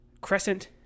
crescent